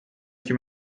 iki